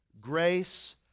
grace